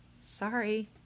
Sorry